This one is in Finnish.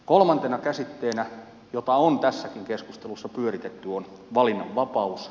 kolmantena käsitteenä jota on tässäkin keskustelussa pyöritetty on valinnanvapaus